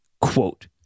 Quote